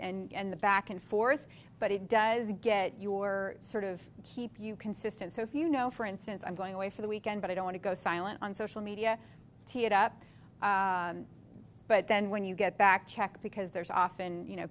correspond and the back and forth but it does get your sort of keep you consistent so if you know for instance i'm going away for the weekend but i don't want to go silent on social media take it up but then when you get back to check because there's often you know